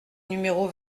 numéro